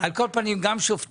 על כל פנים, גם שופטים